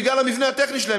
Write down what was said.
בגלל המבנה הטכני שלהם,